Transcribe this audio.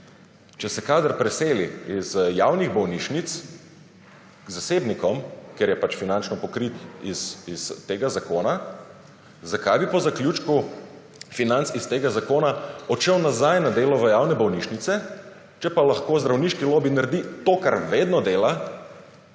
Če se kader preseli iz javnih bolnišnic k zasebnikom, ker je pač finančno pokrit iz tega zakona, zakaj bi po zaključku financ iz tega zakona odšel nazaj na delo v javne bolnišnice, če pa lahko zdravniški lobi naredi to, kar vedno dela,